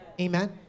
amen